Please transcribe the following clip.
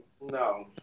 No